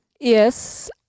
yes